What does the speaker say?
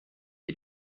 die